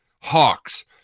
Hawks